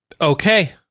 okay